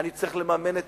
אני צריך לממן את